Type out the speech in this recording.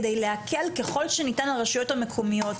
על מנת להקל ככל שניתן על הרשויות המקומיות,